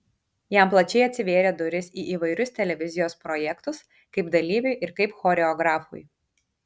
jam plačiai atsivėrė durys į įvairius televizijos projektus kaip dalyviui ir kaip choreografui